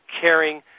caring